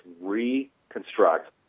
reconstruct